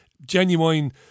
genuine